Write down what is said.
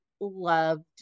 loved